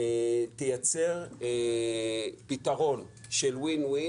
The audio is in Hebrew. תייצר פתרון של Win-win,